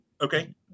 Okay